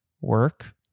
work